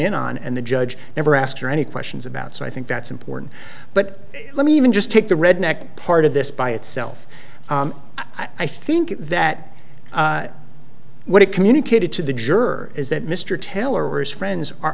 in on and the judge never ask her any questions about so i think that's important but let me even just take the redneck part of this by itself i think that what it communicated to the juror is that mr taylor or his friends are